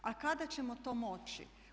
A kada ćemo to moći?